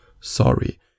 sorry